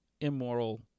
immoral